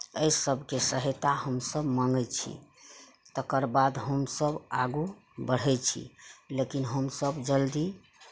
एहि सबके सहायता हमसब माँगै छी तकर बाद हमसब आगू बढ़ै छी लेकिन हमसब जल्दी